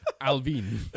Alvin